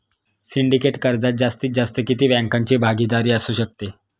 Syndicate कर्जात जास्तीत जास्त किती बँकांची भागीदारी असू शकते?